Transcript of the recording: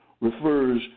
refers